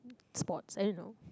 sports I don't know